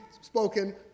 spoken